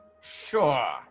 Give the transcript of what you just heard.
Sure